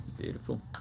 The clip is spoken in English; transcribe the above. Beautiful